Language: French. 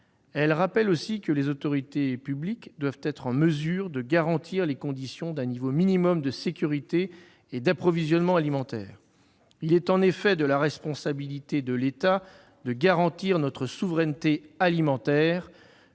Elle rappelle aussi que les autorités publiques doivent être en mesure de « garantir les conditions d'un niveau minimum de sécurité et d'approvisionnement alimentaire ». Il est en effet de la responsabilité de l'État de garantir notre souveraineté alimentaire,